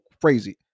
crazy